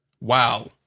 Wow